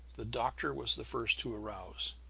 the doctor was the first to arouse.